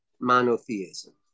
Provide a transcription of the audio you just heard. monotheism